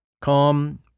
Calm